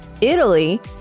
Italy